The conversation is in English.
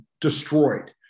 destroyed